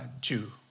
Jew